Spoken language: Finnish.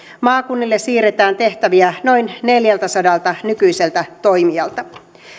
maakunnille siirretään tehtäviä noin neljältäsadalta nykyiseltä toimijalta